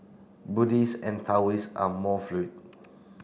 Buddhist and Taoist are more